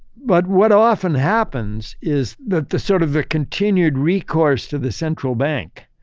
but what often happens is that the sort of the continued recourse to the central bank,